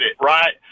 right